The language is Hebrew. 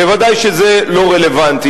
ודאי שזה לא רלוונטי.